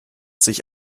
sich